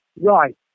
Right